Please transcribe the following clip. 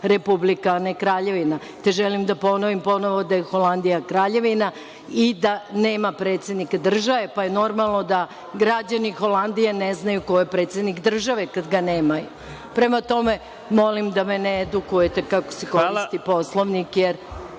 republika, a ona je kraljevina. Želim ponovo da ponovim da je Holandija kraljevina i da nema predsednika države, pa je normalno da građani Holandije ne znaju ko je predsednik države, kad ga nemaju. Prema tome, molim da me ne edukujete kako se koristi Poslovnik.